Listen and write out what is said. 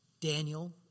Daniel